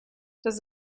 does